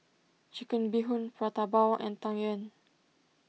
Chicken Bee Hoon Prata Bawang and Tang Yuen